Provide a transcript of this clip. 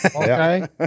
Okay